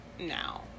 now